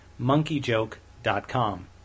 monkeyjoke.com